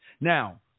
Now